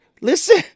listen